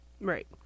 Right